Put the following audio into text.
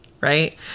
Right